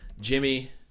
Jimmy